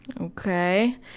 okay